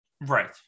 Right